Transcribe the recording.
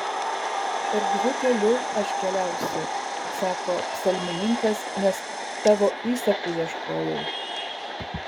erdviu keliu aš keliausiu sako psalmininkas nes tavo įsakų ieškojau